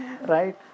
right